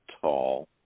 tall